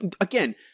Again